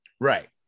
right